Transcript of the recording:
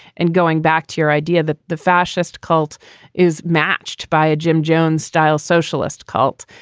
and going back to your idea that the fascist cult is matched by a jim jones style socialist cult.